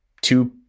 two